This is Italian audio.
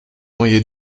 moglie